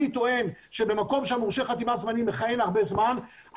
אני טוען שבמקום שמורשה חתימה זמני מכהן הרבה זמן,